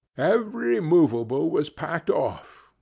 every movable was packed off,